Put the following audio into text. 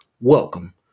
Welcome